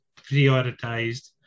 prioritized